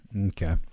Okay